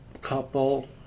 couple